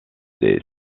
des